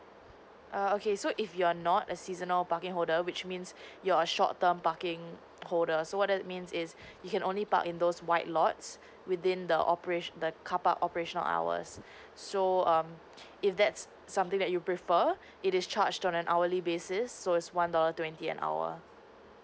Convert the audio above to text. err okay so if you're not a seasonal parking holder which means you're short term parking holder so what does it means is you can only park in those white lots within the operatio~ the carpark operational hours so um if that's something that you prefer it is charged on an hourly basis so it's one dollar twenty an hour